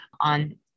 on